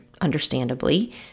understandably